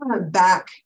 back